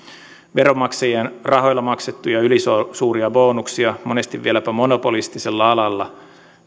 veronmaksajien rahoilla maksettuja ylisuuria bonuksia monesti vieläpä monopolistisella alalla